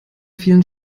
vielen